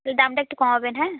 দামটা একটু কমাবেন হ্যাঁ